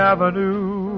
Avenue